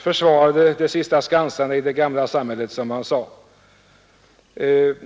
försvarade de sista skansarna i det gamla samhället, som han sade.